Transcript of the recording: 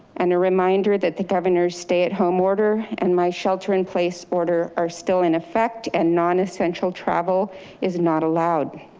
and a reminder that the governor's stay-at-home order and my shelter in place order are still in effect and nonessential travel is not allowed.